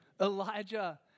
Elijah